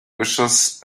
wishes